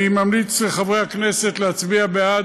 אני ממליץ לחברי הכנסת להצביע בעד,